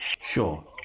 Sure